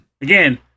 again